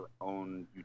own